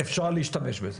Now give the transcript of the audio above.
אפשר להשתמש בזה.